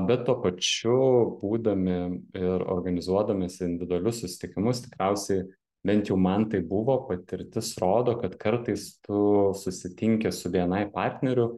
bet tuo pačiu būdami ir organizuodamiesi individualius susitikimus tikriausiai bent jau man taip buvo patirtis rodo kad kartais tu susitinki su bni partneriu